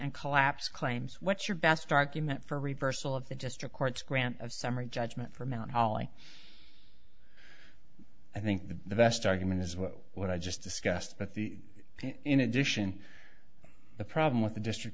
and collapse claims what's your best argument for reversal of the district court's grant of summary judgment for mount holly i think the best argument is what i just discussed but the in addition the problem with the district